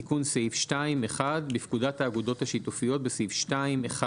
תיקון סעיף 2 1. בפקודת האגודות השיתופיות בסעיף 2 (1)